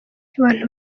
abantu